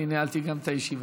אני גם ניהלתי את הישיבה.